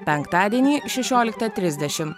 penktadienį šešioliktą trisdešimt